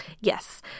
yes